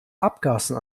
abgasen